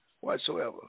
whatsoever